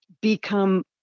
become